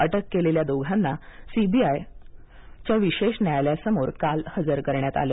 अटक केलेल्या दोघांना सी बी आय च्या विशेष न्यायालयासमोर काल हजर करण्यात आलं